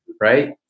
Right